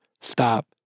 stop